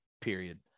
period